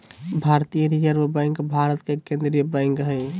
भारतीय reserve bank Bharat के केन्द्रीय बैंक हइ